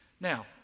Now